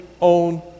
own